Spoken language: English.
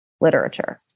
literature